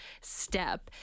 step